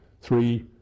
three